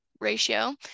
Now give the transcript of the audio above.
ratio